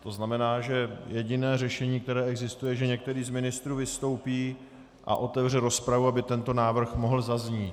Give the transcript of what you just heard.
To znamená, že jediné řešení, které existuje, že některý z ministrů vystoupí a otevře rozpravu, aby tento návrh mohl zaznít.